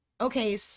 Okay